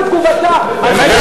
שתעביר לנו את תגובתה, חבר